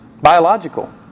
Biological